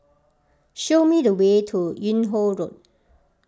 show me the way to Yung Ho Road